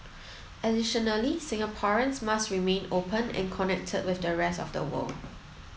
additionally Singaporeans must remain open and connected with the rest of the world